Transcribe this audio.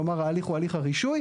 כלומר, ההליך הוא הליך הרישוי.